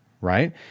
right